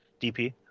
dp